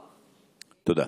תודה.